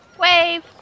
Wave